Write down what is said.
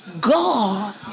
God